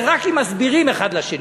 זה רק אם מסבירים אחד לשני.